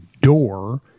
door